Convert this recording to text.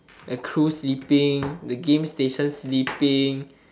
the crew sleeping the game station sleeping